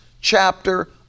chapter